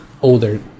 older